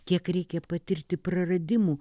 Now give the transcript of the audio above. kiek reikia patirti praradimų